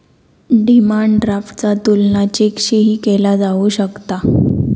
demand ड्राफ्टचा तुलना चेकशीही केला जाऊ शकता